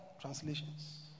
translations